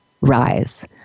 Rise